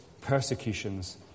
persecutions